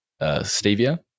stevia